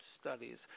studies